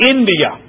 India